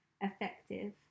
effective